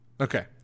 Okay